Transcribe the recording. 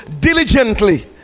diligently